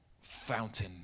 Fountain